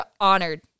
Honored